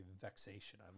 vexation